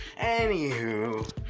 Anywho